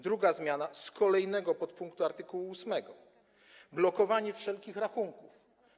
Druga zmiana z kolejnego podpunktu w art. 8 - blokowanie wszelkich rachunków.